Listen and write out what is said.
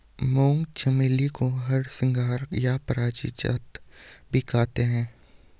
मूंगा चमेली को हरसिंगार या पारिजात भी कहते हैं